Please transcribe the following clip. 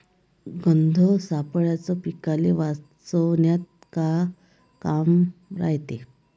गंध सापळ्याचं पीकाले वाचवन्यात का काम रायते?